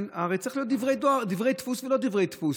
הרי צריך להיות דברי דפוס ולא דברי דפוס.